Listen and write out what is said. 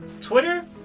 Twitter